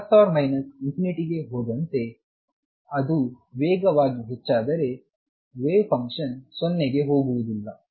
x ±∞ ಗೆ ಹೋದಂತೆ ಅದು ವೇಗವಾಗಿ ಹೆಚ್ಚಾದರೆ ವೇವ್ ಫಂಕ್ಷನ್ 0 ಗೆ ಹೋಗುವುದಿಲ್ಲ